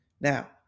Now